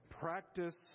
practice